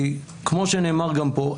כמו שנאמר גם פה,